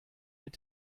mit